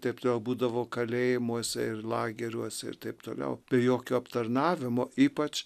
taip toliau būdavo kalėjimuose ir lageriuose ir taip toliau be jokio aptarnavimo ypač